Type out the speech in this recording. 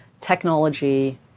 technology